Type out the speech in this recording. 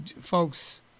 folks